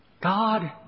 God